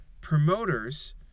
Promoters